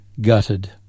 Gutted